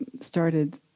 started